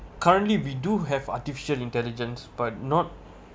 currently we do have artificial intelligence but not